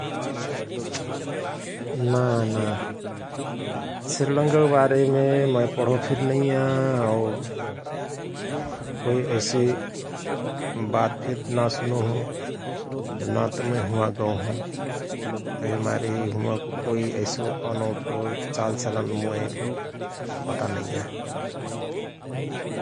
ना ना श्रीलंकक बारेमे मय पढो फिर नैया और कोइ ऐसि बात फिर ना सुनो हओ । नत मय हुआ गओ हओं । तहि मारे हुंवाको कोइ एैसो अनौठो चालचलन मोय पता नैया ।